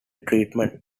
treatment